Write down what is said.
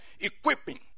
equipping